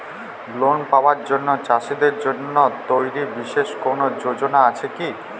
Loan পাবার জন্য চাষীদের জন্য তৈরি বিশেষ কোনো যোজনা আছে কি?